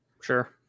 sure